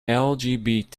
lgbt